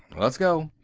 let's go.